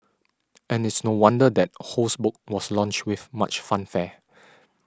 and it's no wonder that Ho's book was launched with much fanfare